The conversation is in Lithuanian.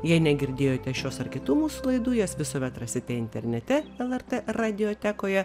jei negirdėjote šios ar kitų mūsų laidų jas visuomet rasite internete lrt radiotekoje